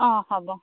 অঁ হ'ব